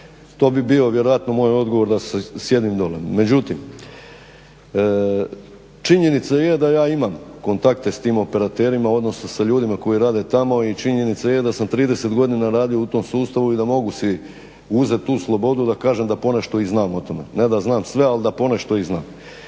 To bi bio vjerojatno moj odgovor da sjedim dolje. Međutim, činjenica je da ja imam kontakte s tim operaterima, odnosno sa ljudima koji rade tamo i činjenica je da sam 30 godina radio u tom sustavu i da mogu si uzeti tu slobodu da ponešto i znam o tome, ne da znam sve, ali da ponešto i znam.